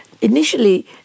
initially